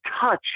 touch